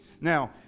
Now